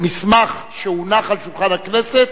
מסמך שהונח על שולחן הכנסת,